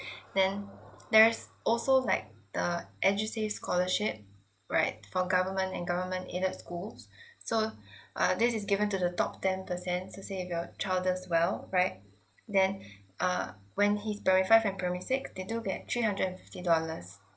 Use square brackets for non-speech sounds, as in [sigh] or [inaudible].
[breath] then there's also like the edusave scholarship right for government and government aided schools so uh this is given to the top ten percent so say if your child does well right then uh when he's primary five and primary six they do get three hundred and fifty dollars